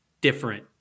different